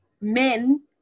men